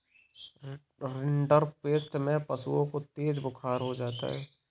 rinderpest में पशुओं को तेज बुखार हो जाता है